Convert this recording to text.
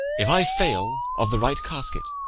if i fail of the right casket,